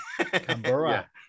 Canberra